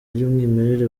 ry’umwimerere